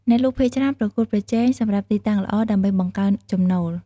អ្នកលក់ភាគច្រើនប្រកួតប្រជែងសម្រាប់ទីតាំងល្អ ដើម្បីបង្កើនចំណូល។